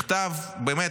מכתב שאני באמת,